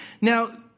Now